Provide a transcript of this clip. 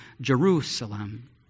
Jerusalem